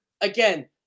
again